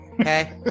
Okay